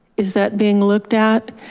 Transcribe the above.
is that being looked at?